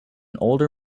older